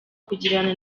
kugirana